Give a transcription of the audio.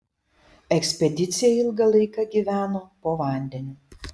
ekspedicija ilgą laiką gyveno po vandeniu